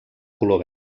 color